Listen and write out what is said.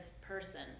person